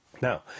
Now